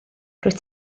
rwyt